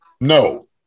No